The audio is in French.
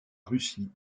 russie